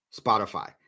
Spotify